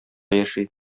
яши